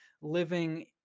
living